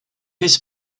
his